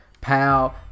pal